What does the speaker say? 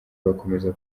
bakomeza